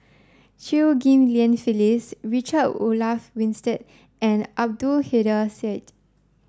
Chew Ghim Lian Phyllis Richard Olaf Winstedt and Abdul Kadir Syed